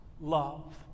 love